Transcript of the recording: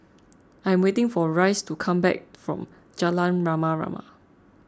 I am waiting for Rice to come back from Jalan Rama Rama